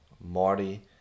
Marty